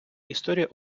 історія